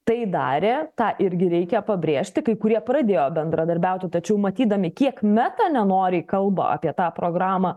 tai darė tą irgi reikia pabrėžti kai kurie pradėjo bendradarbiauti tačiau matydami kiek meta nenoriai kalba apie tą programą